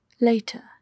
Later